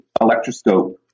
electroscope